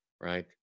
Right